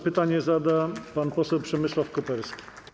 Pytanie zada pan poseł Przemysław Koperski.